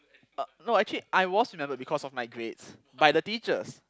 uh no actually I was remembered because of my grades by the teachers